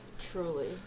truly